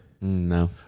No